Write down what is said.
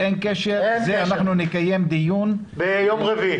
אין קשר, על זה נקיים דיון ביום רביעי.